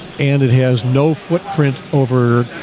and it has no footprint over